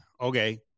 okay